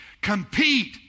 compete